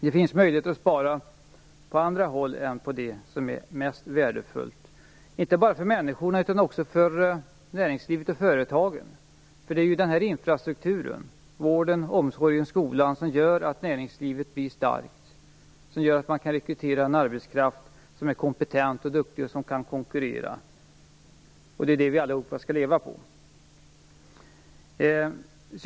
Det finns möjligheter att spara på andra håll än på det som är mest värdefullt, inte bara för människorna utan också för näringslivet och företagen. Det är ju infrastrukturen - vården, omsorgen och skolan - som gör att näringslivet blir starkt och att man kan rekrytera en kompetent och duktig arbetskraft som kan konkurrera. Det är ju det som vi alla skall leva på.